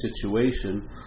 situation